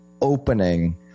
opening